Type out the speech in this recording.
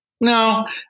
No